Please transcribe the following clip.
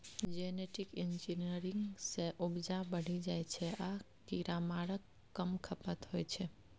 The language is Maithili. जेनेटिक इंजीनियरिंग सँ उपजा बढ़ि जाइ छै आ कीरामारक कम खपत होइ छै